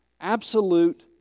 absolute